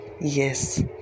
Yes